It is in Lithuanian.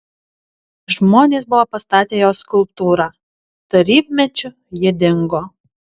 žmonės buvo pastatę jos skulptūrą tarybmečiu ji dingo